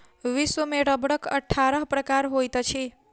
विश्व में रबड़क अट्ठारह प्रकार होइत अछि